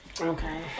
Okay